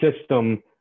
system